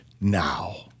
now